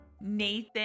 Nathan